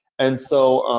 and so,